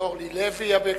אורלי לוי אבקסיס.